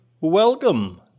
welcome